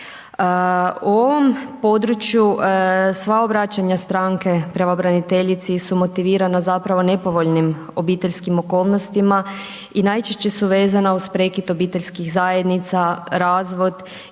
O ovom području sva obraćanja stranke pravobraniteljici su motivirana zapravo nepovoljnim obiteljskim okolnostima i najčešće su vezana uz prekid obiteljskih zajednica, razvod